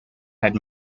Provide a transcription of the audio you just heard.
had